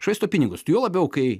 švaisto pinigus juo labiau kai